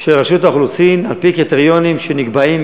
של רשות האוכלוסין על-פי קריטריונים שנקבעים.